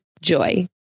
Joy